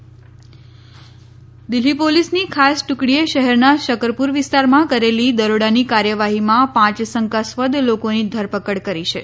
Delhi police ધરપકડ દિલ્ઠી પોલીસની ખાસ ટ્રકડીએ શહેરના શકરપુર વિસ્તારમાં કરેલી દરોડની કાર્યવાહીમાં પાંચ શંકાસ્પદ લોકોની ધરપકડ કરી છે